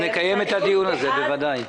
אז נקיים את הדיון הזה, בוודאי.